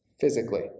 physically